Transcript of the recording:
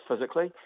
physically